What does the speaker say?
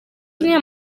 niyo